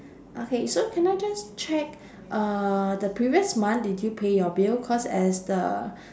okay so can I just check uh the previous month did you pay your bill cause as the